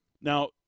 Now